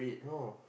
no